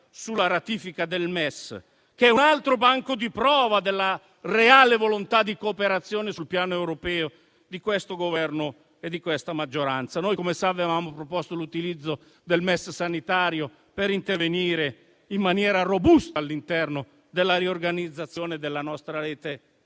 stabilità (MES), che è un altro banco di prova della reale volontà di cooperazione sul piano europeo di questo Governo e della sua maggioranza. Come sa, noi avevamo proposto l'utilizzo del MES sanitario per intervenire in maniera robusta all'interno della riorganizzazione della nostra rete